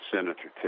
Senator